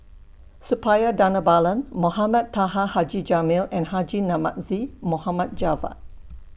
Suppiah Dhanabalan Mohamed Taha Haji Jamil and Haji Namazie Mohamed Javad